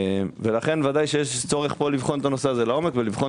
לכן ודאי שיש צורך לבחון את הנושא הזה לעומק ולבחון